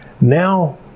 Now